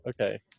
Okay